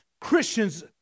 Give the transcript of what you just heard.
Christians